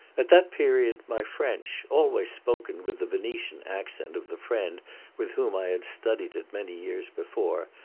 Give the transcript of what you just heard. at that period my french, always spoken with the venetian accent of the friend with whom i had studied it many years before,